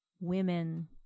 women